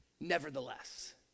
nevertheless